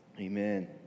Amen